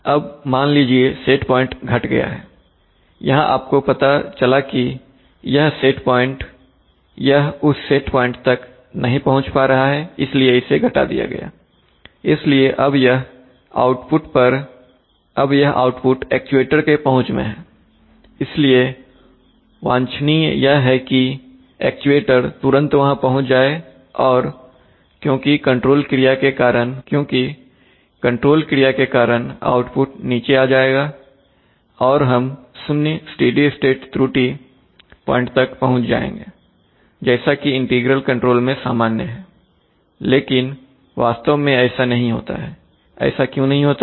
अब मान लीजिए सेट प्वाइंट घट गया है यहां आपको पता चला कि यह उस सेट प्वाइंट तक नहीं पहुंच पा रहा है इसलिए इसे घटा दिया गयाइसलिए अब यह आउटपुट एक्चुएटर के पहुंच में हैइसलिए वांछनीय यह है कि एक्चुएटर तुरंत वहां पहुंच जाए क्योंकि कंट्रोल क्रिया के कारण आउटपुट नीचे आ जाएगा और हम 0 स्टेडी स्टेट त्रुटि पॉइंट तक पहुंच जाएंगे जैसा कि इंटीग्रल कंट्रोल मैं सामान्य है लेकिन वास्तव में ऐसा नहीं होता है ऐसा क्यों नहीं होता है